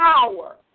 power